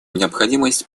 необходимость